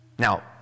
Now